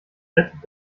rettet